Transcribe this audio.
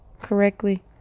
correctly